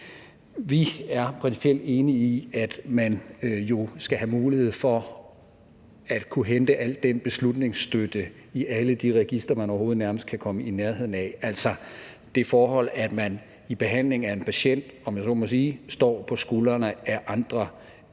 enige i, at man jo skal have mulighed for at kunne hente al den beslutningsstøtte i alle de registre, man nærmest overhovedet kan komme i nærheden af, som man vil, altså det forhold, at man i behandling af en patient, om jeg så må sige, står på skuldrene af andre